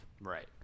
right